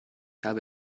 habe